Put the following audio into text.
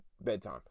bedtime